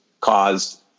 caused